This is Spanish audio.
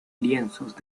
lienzos